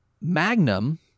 Magnum